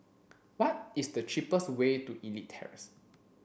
what is the cheapest way to Elite Terrace